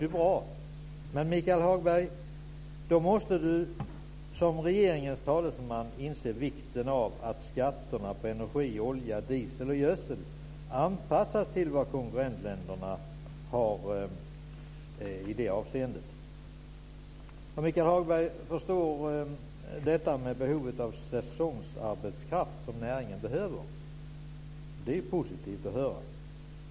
Men då måste Michael Hagberg, som regeringens talesman, inse vikten av att skatterna på energi, olja, diesel och gödsel anpassas till vad konkurrentländerna har i det avseendet. Michael Hagberg förstår det behov av säsongsarbetskraft som näringen har. Det är positivt att höra.